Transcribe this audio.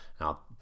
Now